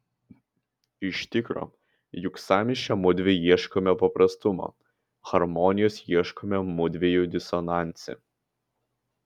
iš tikro juk sąmyšyje mudvi ieškome paprastumo harmonijos ieškome mudviejų disonanse